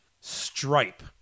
Stripe